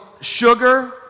sugar